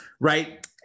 right